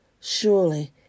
surely